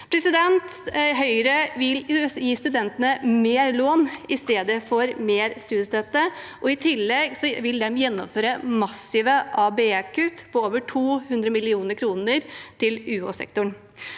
dem. Høyre vil gi studentene mer lån i stedet for mer studiestøtte, og i tillegg vil de gjennomføre massive ABE-kutt på over 200 mill. kr til UHsektoren.